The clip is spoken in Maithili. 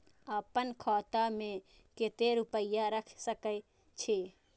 आपन खाता में केते रूपया रख सके छी?